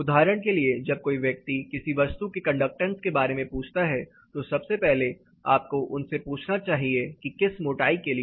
उदाहरण के लिए जब कोई व्यक्ति किसी वस्तु के कंडक्टेंस के बारे में पूछता है तो सबसे पहले आपको उनसे पूछना चाहिए कि किस मोटाई के लिए